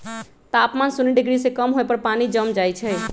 तापमान शुन्य डिग्री से कम होय पर पानी जम जाइ छइ